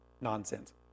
nonsense